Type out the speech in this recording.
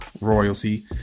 royalty